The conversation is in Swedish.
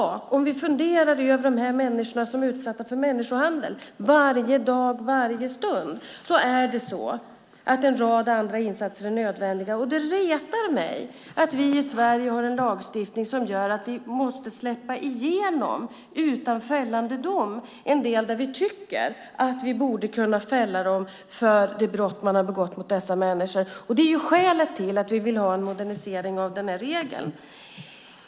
Men om vi funderar över de människor som är utsatta för människohandel varje dag och varje stund är det i sak så att en rad andra insatser är nödvändiga. Det retar mig att vi i Sverige har en lagstiftning som gör att vi måste släppa igenom en del personer utan fällande dom när vi tycker att vi borde kunna fälla dem för de brott som de har begått mot dessa människor. Det är skälet till att vi vill ha en modernisering av denna regel.